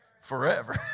Forever